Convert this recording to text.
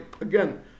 again